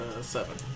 seven